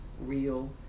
real